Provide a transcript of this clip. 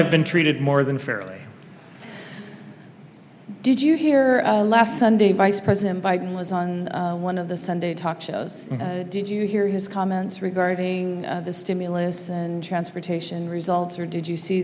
have been treated more than fairly did you hear last sunday vice president biden was on one of the sunday talk shows did you hear his comments regarding the stimulus and transportation results or did you see